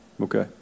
okay